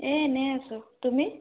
এই এনেই আছোঁ তুমি